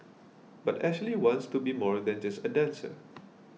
but Ashley wants to be more than just a dancer